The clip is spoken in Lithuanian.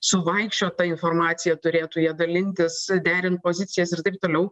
suvaikščiot ta informacija turėtų ja dalintis derint pozicijas ir taip toliau